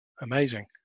Amazing